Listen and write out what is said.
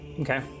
okay